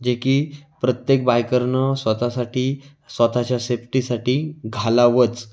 जे की प्रत्येक बायकरनं स्वतःसाठी स्वतःच्या सेफ्टीसाठी घालावंच